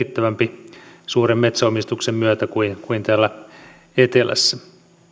huomattavasti merkittävämpi suuren metsäomistuksen myötä kuin kuin täällä etelässä